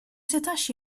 setax